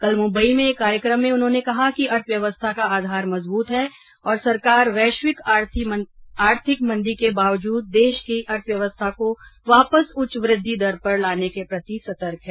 कल मुंबई में एक कार्यक्रम में उन्होंने कहा कि अर्थव्यवस्था का आधार मजबूत है और सरकार वैश्विक आर्थिक मंदी के बावजूद देश की अर्थव्यवस्था को वापस उच्च वृद्धि दर पर लाने के प्रति सतर्क है